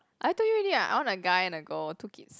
I told you already ah I want a guy and a girl two kids